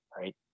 right